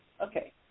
Okay